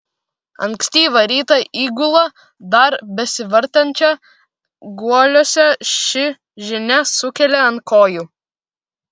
ankstyvą rytą įgulą dar besivartančią guoliuose ši žinia sukėlė ant kojų